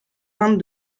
vingt